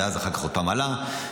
ואז אחר כך עוד פעם עלה והשתנה,